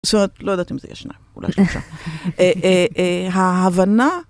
זאת אומרת, לא יודעת אם זה יהיה שניים. אולי שלושה. ההבנה...